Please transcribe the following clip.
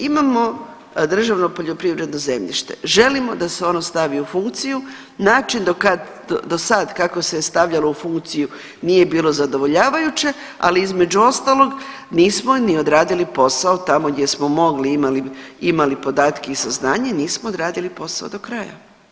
Imamo državno poljoprivredno zemljište, želimo da se ono stavi u funkciju, način do sad kako se je stavljalo u funkciju nije bilo zadovoljavajuće, ali između ostalog nismo ni odradili posao tamo gdje smo mogli i imali, imali podatke i saznanje nismo odradili posao do kraja.